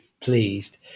pleased